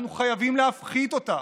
אנחנו חייבים להפחית אותה.